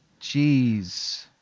Jeez